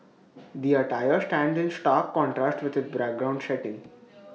the attire stands in stark contrast with its background setting